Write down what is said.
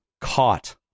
caught